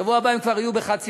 בשבוע הבא הם כבר יהיו בחד-ספרתי,